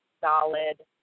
solid